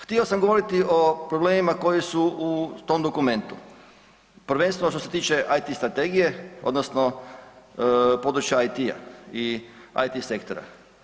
Htio sam govoriti o problemima koji su u tom dokumentu, prvenstveno što se tiče IT strategije odnosno područja IT-a i IT sektora.